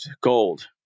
gold